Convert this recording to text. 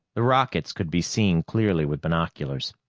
the rockets could be seen clearly with binoculars.